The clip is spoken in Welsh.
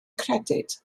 credyd